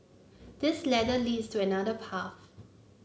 this ladder leads to another path